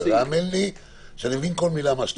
האמן לי שאני מבין כל מילה ממה שאתה אומר.